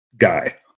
Guy